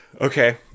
Okay